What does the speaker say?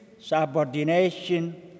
subordination